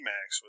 Max